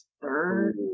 third